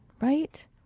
right